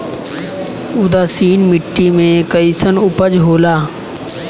उदासीन मिट्टी में कईसन उपज होला?